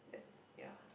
that's yeah